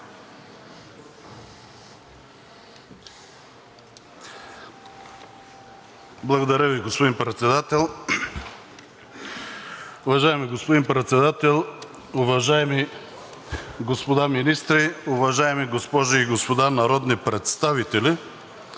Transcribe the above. Благодаря Ви, господин Председател. Уважаеми господин Председател, уважаеми господа министри, уважаеми госпожи и господа народни представители!